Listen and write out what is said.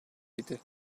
idi